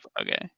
okay